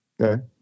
Okay